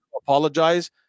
apologize